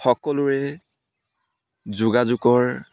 সকলোৰে যোগাযোগৰ